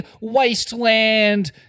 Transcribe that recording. wasteland